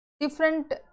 different